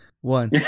one